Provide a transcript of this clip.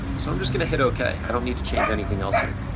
so i'm just gonna hit okay, i don't need to change anything else here.